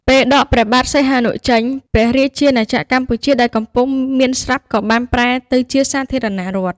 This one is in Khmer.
ពេលដកព្រះបាទសីហនុចេញ ព្រះរាជាណាចក្រកម្ពុជាដែលកំពុងមានស្រាប់ក៏បានប្រែទៅជាសាធារណរដ្ឋ។